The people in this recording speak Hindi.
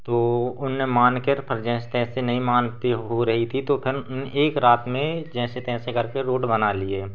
तो उन्होंने मानकर मानते नहीं हो रही थी तो फिर एक रात में जैसे तैसे करके रोड बना लिए